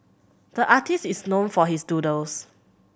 the artist is known for his doodles